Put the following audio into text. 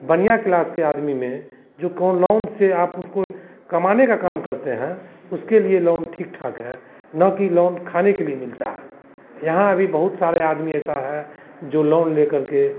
बनिया क्लास के आदमी में जो से आप उसमें कमाने का काम करते हैं उसके लिए लोन ठीक ठाक है न कि लोन खाने के लिए मिलता है यहाँ अभी बहुत सारे आदमी ऐसा हैं जो लोन लेकर के